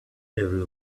every